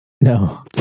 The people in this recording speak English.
no